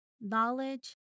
Knowledge